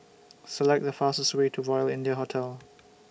Select The fastest Way to Royal India Hotel